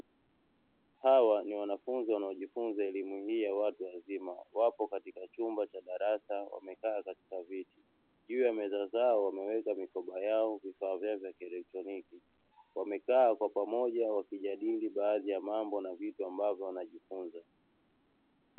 Hawa ni wanafunzi wanaojifunza elimu hii ya watu wazima, wapo katika chumba cha darasa wamekaa katika viti, juu ya meza zao wameweka mikoba yao vifaa vyao vya kielektroniki, wamekaa kwa pamoja wakijadili baahi ya mambo na vitu ambavyo wanajifunza.